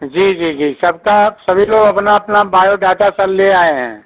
जी जी जी सबका सभी लोग अपना अपना बायोडेटा सर ले आए हैं